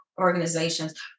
organizations